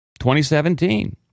2017